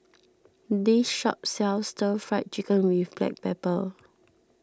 this shop sells Stir Fry Chicken with Black Pepper